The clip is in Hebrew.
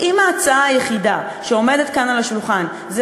אם ההצעה היחידה שעומדת כאן על השולחן זה